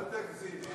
אל תגזים.